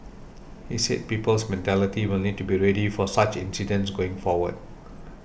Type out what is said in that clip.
he said people's mentality will need to be ready for such incidents going forward